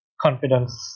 confidence